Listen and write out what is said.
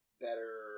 better